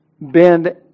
bend